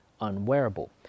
unwearable